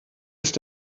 ist